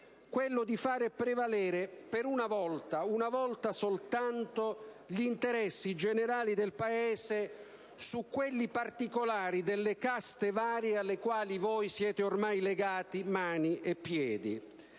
quello di far prevalere, per una volta, una volta soltanto, gli interessi generali del Paese su quelli particolari delle caste varie a cui voi siete ormai legati mani e piedi.